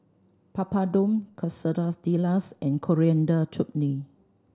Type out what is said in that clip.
Papadum Quesadillas and Coriander Chutney